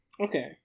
Okay